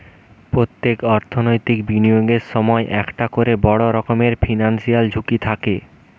পোত্তেক অর্থনৈতিক বিনিয়োগের সময়ই একটা কোরে বড় রকমের ফিনান্সিয়াল ঝুঁকি থাকে